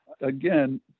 again